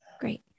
Great